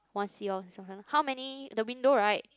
one seahorse (uh huh) how many the window right